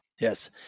Yes